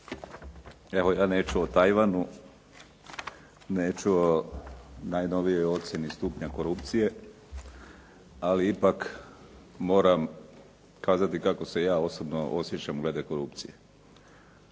Evo, ja neću o Tajvanu, neću o najnovijoj ocjeni stupnja korupcije, ali ipak moram kazati kako se ja osobno osjećam glede korupcije.